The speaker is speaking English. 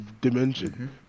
dimension